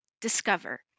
discover